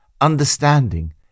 Understanding